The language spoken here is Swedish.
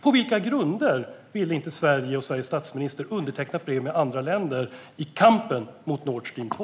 På vilka grunder ville inte Sverige och Sveriges statsminister, tillsammans med andra länder, underteckna ett brev i kampen mot Nord Stream 2?